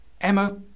Emma